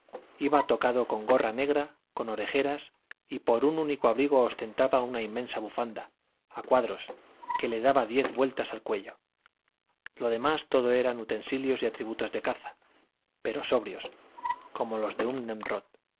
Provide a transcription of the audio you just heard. iba tocado con gorra negra con orejeras y por único abrigo ostentaba una inmensa bufanda a cuadros que le daba diez vueltas al cuello lo demás todo era utensilios y atributos de caza pero sobrios como los de un